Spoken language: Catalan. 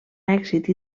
èxit